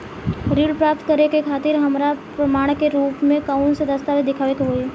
ऋण प्राप्त करे के खातिर हमरा प्रमाण के रूप में कउन से दस्तावेज़ दिखावे के होइ?